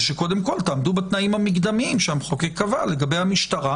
היא שקודם כול תעמדו בתנאים המקדמיים שהמחוקק קבע לגבי המשטרה.